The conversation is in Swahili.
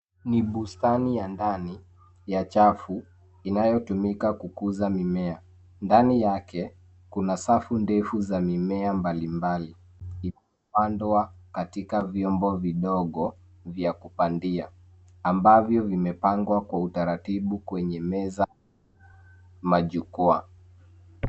Ni bustani ya ndani ya chafu inayotumika kukuza mimea. Ndani yake, kuna safu ndefu za mimea mbalimbali, ikipandwa katika vyombo vidogo vya kupandia ambavyo vimepangwa kwa utaratibu kwenye meza majukwaa.